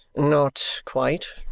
not quite.